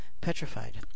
petrified